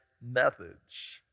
methods